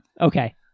okay